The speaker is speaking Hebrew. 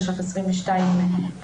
יש לך 22 מדינות.